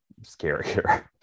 scarier